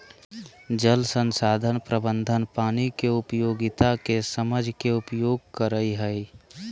जल संसाधन प्रबंधन पानी के उपयोगिता के समझ के उपयोग करई हई